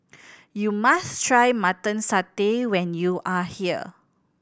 you must try Mutton Satay when you are here